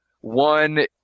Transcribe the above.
One